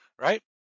Right